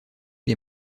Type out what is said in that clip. les